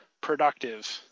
productive